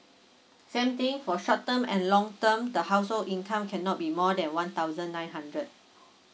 same thing for short term and long term the household income cannot be more than one thousand nine hundred